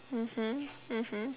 mmhmm mmhmm